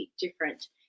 different